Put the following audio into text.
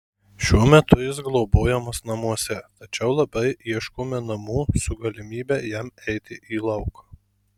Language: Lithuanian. šiuo metu jis globojamas namuose tačiau labai ieškome namų su galimybe jam eiti į lauką